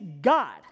God